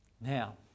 Now